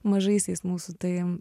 mažaisiais mūsų tai